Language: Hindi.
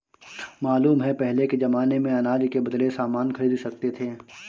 मालूम है पहले के जमाने में अनाज के बदले सामान खरीद सकते थे